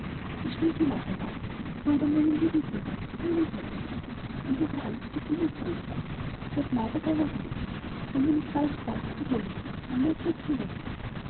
schrie sie noch einmal brüder meine lieben brüder kommt helft mir und ihre angst ward immer größer der blaubart aber rief wenn du nicht bald kommst so hol ich dich mein messer ist gewetzt